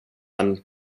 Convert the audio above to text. and